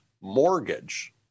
mortgage